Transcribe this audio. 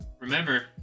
Remember